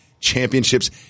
Championships